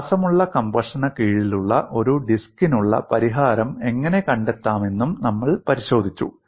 വ്യാസമുള്ള കംപ്രഷന് കീഴിലുള്ള ഒരു ഡിസ്കിനുള്ള പരിഹാരം എങ്ങനെ കണ്ടെത്താമെന്നും നമ്മൾ പരിശോധിച്ചു